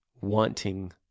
wanting